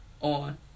on